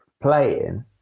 playing